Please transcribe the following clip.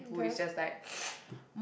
okay